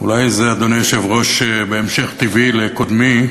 אולי זה, אדוני היושב-ראש, בהמשך טבעי לקודמי,